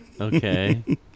Okay